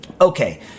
Okay